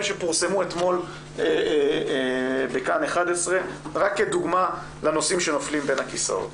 שפורסמו אתמול בכאן 11 רק כדוגמה לנושאים שנופלים בין הכיסאות.